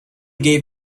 gave